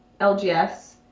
LGS